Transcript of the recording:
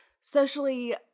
socially